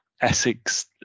Essex